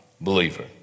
believer